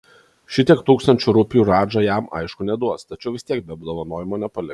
šitiek tūkstančių rupijų radža jam aišku neduos tačiau vis tiek be apdovanojimo nepaliks